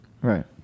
Right